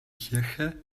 kirche